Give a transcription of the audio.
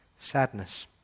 Sadness